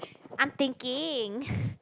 I'm thinking